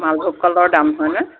মালভোগ কলৰ দাম হয় নে